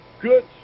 good